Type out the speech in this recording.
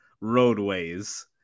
roadways